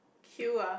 queue ah